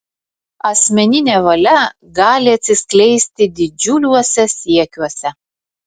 asmeninė valia gali atsiskleisti didžiuliuose siekiuose